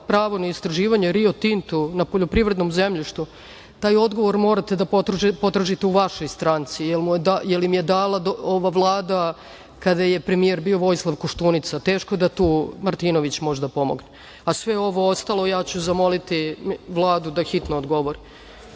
pravo na istraživanje Rio Tintu na poljoprivrednom zemljištu, taj odgovor morate da potražite u vašoj stranci jer mu je dala ova Vlada kada je premijer bio Vojislav Koštunica. Teško da tu Martinović može da pomogne. Sve ovo ostalo ja ću zamoliti Vladu da hitno odgovori. Reč